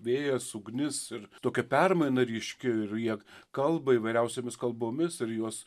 vėjas ugnis ir tokia permaina ryški ir jie kalba įvairiausiomis kalbomis ir juos